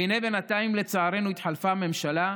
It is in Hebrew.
והינה, בינתיים לצערנו התחלפה הממשלה,